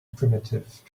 primitive